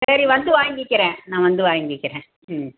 சரி வந்து வாங்கிக்கிறேன் நான் வந்து வாங்கிக்கிறேன் ம்